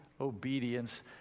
obedience